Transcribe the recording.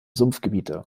sumpfgebiete